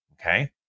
Okay